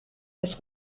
das